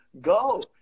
Go